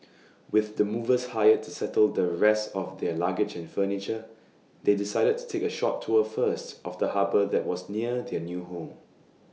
with the movers hired to settle the rest of their luggage and furniture they decided to take A short tour first of the harbour that was near their new home